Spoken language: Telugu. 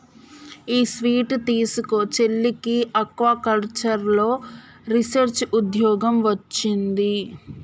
ఈ స్వీట్ తీస్కో, చెల్లికి ఆక్వాకల్చర్లో రీసెర్చ్ ఉద్యోగం వొచ్చింది